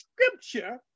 scripture